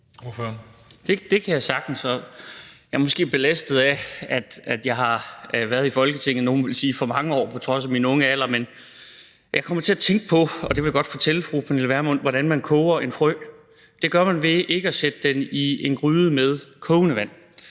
kan jeg sagtens. Jeg er måske belastet af, at jeg på trods af min unge alder har været i Folketinget i, nogle vil sikkert sige for mange år, men jeg kommer til at tænke på – og det vil jeg godt fortælle fru Pernille Vermund – hvordan man koger en frø. Det gør man ikke ved at sætte den i en gryde med kogende vand.